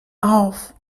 auf